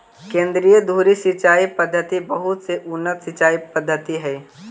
केन्द्रीय धुरी सिंचाई पद्धति बहुत ही उन्नत सिंचाई पद्धति हइ